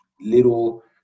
little